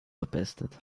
verpestet